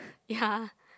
ya